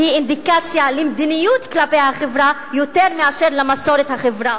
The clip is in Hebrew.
היא אינדיקציה למדיניות כלפי החברה יותר מאשר למסורת החברה.